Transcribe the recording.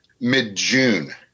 mid-June